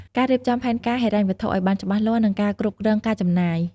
ការរៀបចំផែនការហិរញ្ញវត្ថុ ឲ្យបានច្បាស់លាស់ និងការគ្រប់គ្រងការចំណាយ។